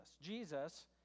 Jesus